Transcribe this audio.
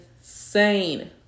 insane